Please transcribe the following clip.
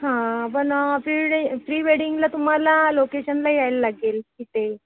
हां पण प्री वेडी प्री वेडिंगला तुम्हाला लोकेशनला यायला लागेल तिथे